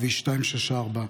כביש 264,